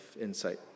insight